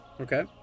Okay